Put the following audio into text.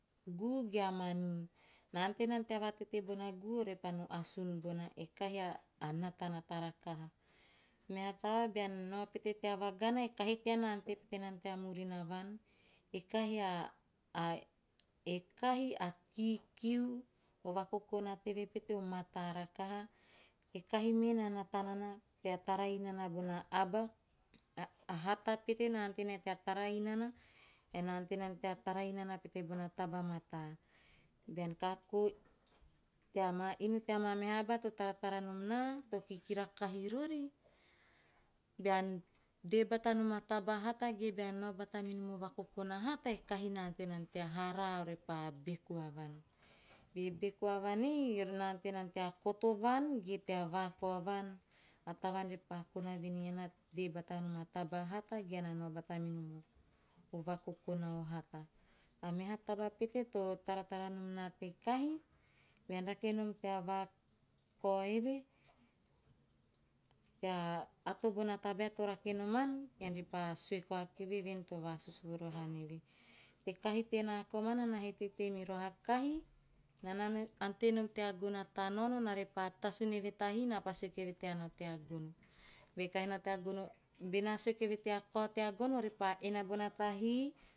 Guu a manii. Na ante nana tea vatete bona guu repa no asun bona, e kahi a natanata rakaha. Meha taba, beana nao pete tea vagana, e kahi tean na ante pete nana tea murina vuan, e kahi a e kahi a kikiu. O vakokona teve pete o mataa rakaha. E kahi me na nata rakaha nana tea tara inana bona aba, a hata pete na ante nae tea tara inana, ae na ante nana tea tara inana pete bona taba mataa. Bean kako tea maa inu tea maa meha aba to taratara nom naa, to kikira kahi rori, bean dee bata nom a taba hata ge bean nao bata minom o vakokona hata, e kahi na ante nana tea haraa ore pa beku avuan. Be beku a vuan ei eve na ante nana tea koto avuan ge tea vakao avuan a tavaan repa kona voen ei ean na dee bata nom a taba hata ge ean na nao bata minom o vakokona o hata. A meha taba pete to tara nom na te kahi, bean rake nom tea vakao eve tea ato bona taba to rake noman, ean repa sue koa kieve to vasus mirohan eve. E kahi tenaa kamana naa he teitei miroha a kahi naa na ante nom tea gono ata naono, naa repa tasu nao eve tahi, naa pa sue kieve tea nao tea gono. Be kahi nao tea gono, be naa sue kieve tea nao tea gono, ore pa ena bona tahi,